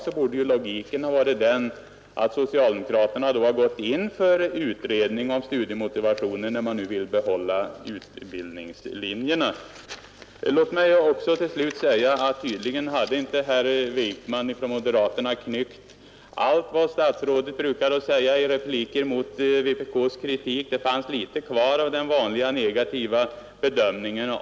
Men då borde logiken ha bjudit att socialdemokraterna hade gått in för en utredning om studiemotivationen, när de nu vill behålla utbildningslinjerna. Till slut vill jag säga att herr Wijkman från moderaterna tydligen inte hade knyckt allt vad statsrådet brukar säga i repliker mot vpk:s kritik; det fanns litet kvar av den vanliga negativa bedömningen.